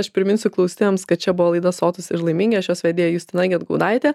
aš priminsiu klausytojams kad čia buvo laida sotūs ir laimingi aš jos vedėja justina gedgaudaitė